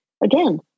Again